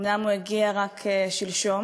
אומנם הוא הגיע רק שלשום,